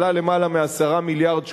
עלה יותר מ-10 מיליארד שקלים,